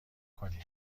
کنید